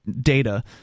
data